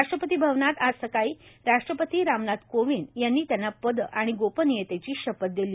राष्ट्रपती भवनात आज सकाळी राष्ट्रपती रामनाथ कोविंद यांनी त्यांना पद आणि गोपनीयतेची शपथ दिली